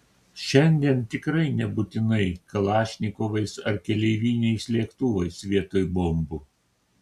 šiandien tikrai nebūtinai kalašnikovais arba keleiviniais lėktuvais vietoj bombų